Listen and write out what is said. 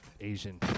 Asian